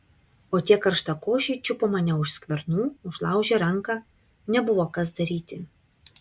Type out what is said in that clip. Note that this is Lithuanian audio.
o tie karštakošiai čiupo mane už skvernų užlaužė ranką nebuvo kas daryti